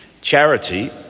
charity